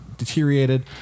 deteriorated